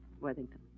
Worthington